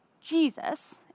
Jesus